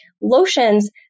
lotions